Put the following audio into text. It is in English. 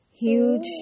Huge